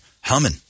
humming